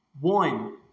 One